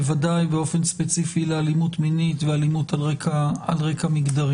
בוודאי באופן ספציפי לאלימות מינית ואלימות על רקע מגדרי.